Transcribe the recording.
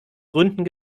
gründen